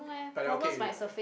but they okay already lah that one